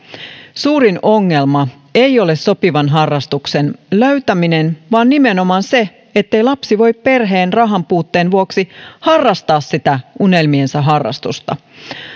suurin ongelma ei ole sopivan harrastuksen löytäminen vaan nimenomaan se ettei lapsi voi perheen rahanpuutteen vuoksi harrastaa sitä unelmiensa harrastusta